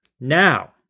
Now